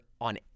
on